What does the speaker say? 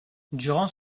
durant